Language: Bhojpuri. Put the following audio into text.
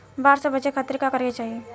बाढ़ से बचे खातिर का करे के चाहीं?